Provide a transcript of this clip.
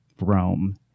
Rome